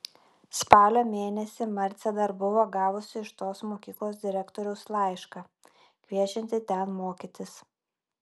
spalio mėnesį marcė dar buvo gavusi iš tos mokyklos direktoriaus laišką kviečiantį ten mokytis